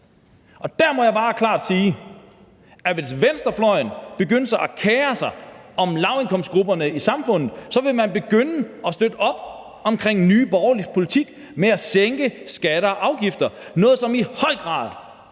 Der må jeg bare klart sige, at hvis venstrefløjen begyndte at kere sig om lavindkomstgrupperne i samfundet, så ville man begynde at støtte op om Nye Borgerliges politik om at sænke skatter og afgifter, noget, som i høj grad